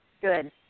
Good